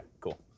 cool